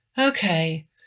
Okay